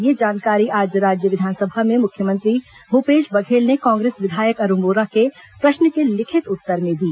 यह जानकारी आज राज्य विधानसभा में मुख्यमंत्री भूपेश बघेल ने कांग्रेस विधायक अरूण वोरा के प्रश्न के लिखित उत्तर में दी